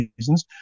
reasons